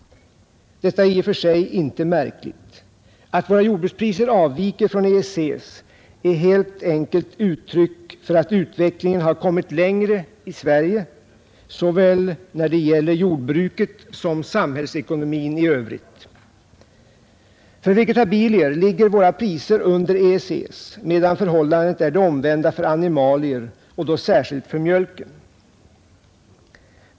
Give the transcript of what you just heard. Detta är i och för sig inte märkligt. Att våra jordbrukspriser avviker från EEC:s är helt enkelt uttryck för att utvecklingen har kommit längre i Sverige såväl när det gäller jordbruket som beträffande samhällsekonomin i övrigt. För vegetabilier ligger våra priser under EEC:s, medan förhållandet är det omvända för animalier och då särskilt för mjölken.